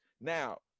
Now